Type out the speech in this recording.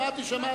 שמעתי.